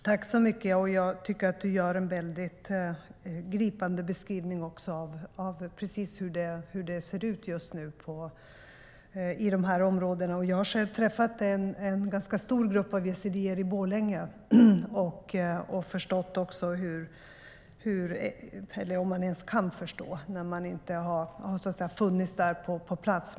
Herr talman! Jag tycker att Robert Hannah gör en gripande beskrivning av precis hur det ser ut just nu i dessa områden. Jag har själv träffat en ganska stor grupp yazidier i Borlänge och har förstått - om man nu kan förstå när man inte har funnits där på plats.